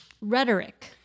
rhetoric